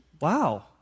wow